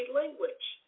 language